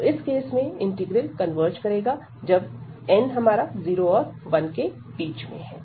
तो इस केस में इंटीग्रल कन्वर्ज करेगा जब 0n1 है